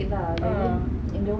a'ah